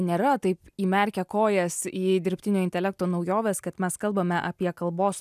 nėra taip įmerkę kojas į dirbtinio intelekto naujoves kad mes kalbame apie kalbos